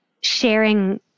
sharing